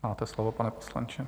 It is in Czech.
Máte slovo, pane poslanče.